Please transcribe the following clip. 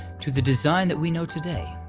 to the design that we know today,